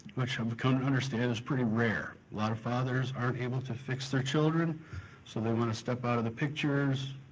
which i've come to understand is pretty rare. a lot of fathers aren't able to fix their children so they want to step out of the pictures.